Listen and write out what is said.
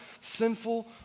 sinful